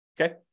Okay